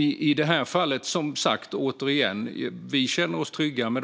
I det här fallet känner vi oss, som sagt och återigen, trygga med